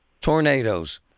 Tornadoes